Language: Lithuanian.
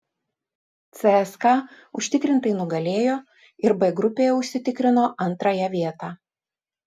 cska užtikrintai nugalėjo ir b grupėje užsitikrino antrąją vietą